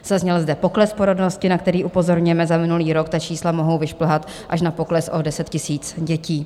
Zazněl zde pokles porodnosti, na který upozorňujeme, za minulý rok, ta čísla mohou vyšplhat až na pokles o 10 000 dětí.